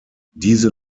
diese